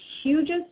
hugest